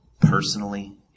personally